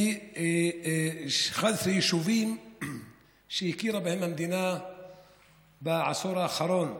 ו-11 יישובים שהמדינה הכירה בהם בעשור האחרון.